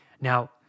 Now